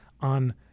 on